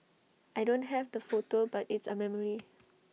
I don't have the photo but it's A memory